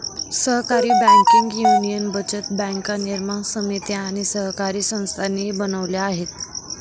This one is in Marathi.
सहकारी बँकिंग युनियन बचत बँका निर्माण समिती आणि सहकारी संस्थांनी बनवल्या आहेत